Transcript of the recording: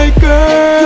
girl